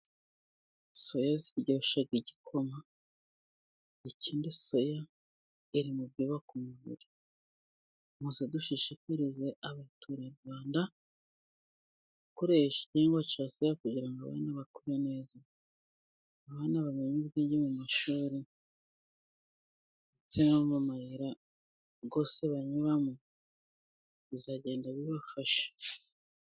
Soya ziryosha igikoma, ikindi soya iri mu byubaka umubiri muze dushishikarize abaturarwanda bakoresha ihingwa cya soya, kugira abana bakure neza, abana bamenye ubwenge mu ishuri ndetse no mu mamayira yose banyuramo bizagenda bibafasha.